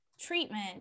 treatment